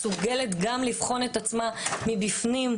מסוגלת גם לבחון את עצמה מבפנים,